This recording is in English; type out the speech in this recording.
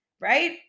Right